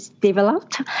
developed